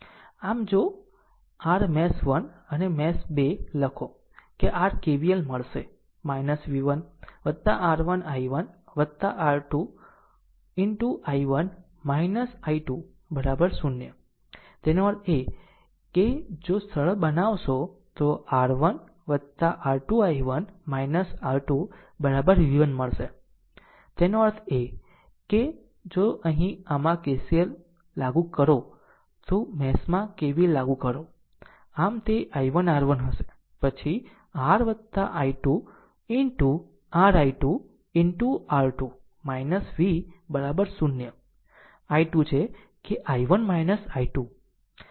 આમ જો r mesh 1 અને મેશ 2 લખો કે r KVL મળશે v 1 R 1 I1 R 2 into I1 I2 0 તેનો અર્થ એ કે જો સરળ બનાવશો તો R 1 R 2 I1 R 2 v 1 મળશે તેનો અર્થ એ કે જો અહીં આમાં KCL લાગુ કરો તો આ મેશ માં KVL લાગુ કરો આમ તે I1 R 1 હશે પછી r I2 into r r I2 into R 2 v 0 I2 છે કે I1 I2